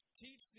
Teach